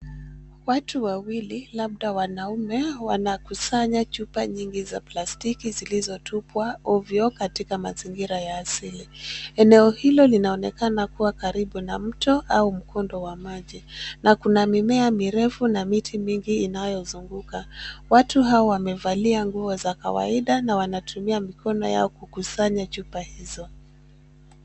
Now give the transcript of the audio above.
Watu wawili labda wanaume, wanakusanya chupa nyingi za plastiki zilizotupwa ovyo katika mazingira ya asili. Eneo hilo linaonekana kuwa karibu na mto au mkondo wa maji na kuna mimea mirefu na miti mingi inayozunguka. Watu hawa wamevalia nguo za kawaida na wanatumia mikono yao kukusanya chupa hizo.